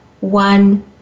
one